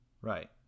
Right